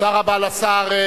תודה רבה לשר זאב בנימין בגין.